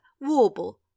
warble